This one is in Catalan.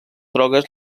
drogues